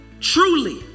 truly